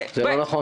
שיגיד כמה.